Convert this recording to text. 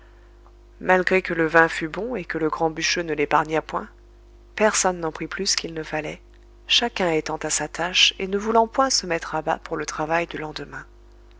malgré que le vin fût bon et que le grand bûcheux ne l'épargnât point personne n'en prit plus qu'il ne fallait chacun étant à sa tâche et ne voulant point se mettre à bas pour le travail du lendemain